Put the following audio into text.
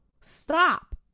Stop